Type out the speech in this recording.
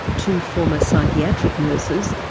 two former psychiatric nurses,